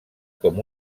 com